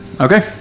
Okay